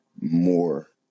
more